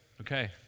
okay